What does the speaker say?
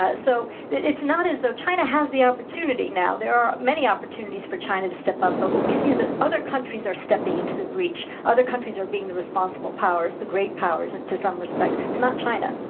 ah so, it's not as though china has the opportunity now. there are many opportunities for china to step up. but what we see is that other countries are stepping into the breach. other countries are being the responsible powers, the great powers, and to some respect. it's not china.